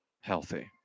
healthy